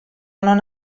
non